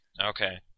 Okay